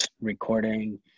recording